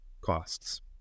costs